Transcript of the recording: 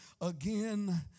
again